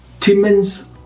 Timmins